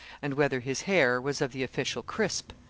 and whether his hair was of the official crisp!